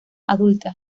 adulta